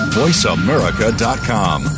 voiceamerica.com